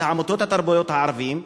את עמותות התרבות הערביות,